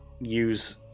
use